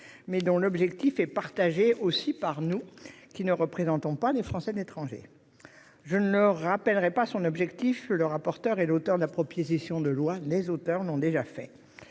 mais dont l'objectif est aussi partagé par ceux qui ne représentent pas les Français de l'étranger. Je ne rappellerai pas son objectif, le rapporteur et les auteurs de la proposition de loi l'ont déjà fait.